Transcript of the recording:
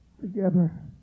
together